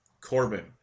Corbin